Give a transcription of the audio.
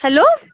hello